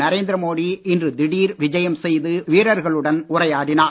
நரேந்திர மோடி இன்று திடீர் விஜயம் செய்து வீரர்களுடன் உரையாடினார்